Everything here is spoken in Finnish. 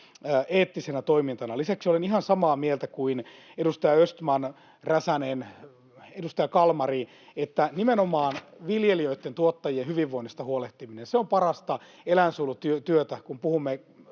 eettisenä toimintana. Lisäksi olen ihan samaa mieltä kuin edustajat Östman, Räsänen ja Kalmari, että nimenomaan viljelijöitten, tuottajien, hyvinvoinnista huolehtiminen on parasta eläinsuojelutyötä, kun puhumme